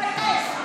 תתבייש לך.